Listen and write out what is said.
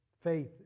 Faith